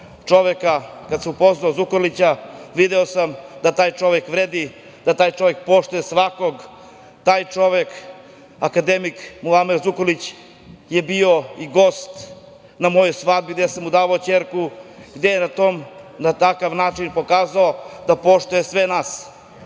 čoveka, kad sam upoznao Zukorlića, video sam da taj čovek vredi, da taj čovek poštuje svakog. Taj čovek, akademik Muamer Zukorlić je bio i gost na svadbi gde sam udavao ćerku, gde je na takav način pokazao da poštuje sve